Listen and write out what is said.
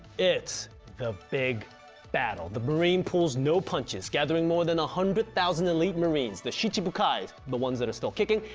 it's the big battle, the marines pulls no punches, gathering more than a one hundred thousand elite marines, the shichibukai the ones that are still kicking,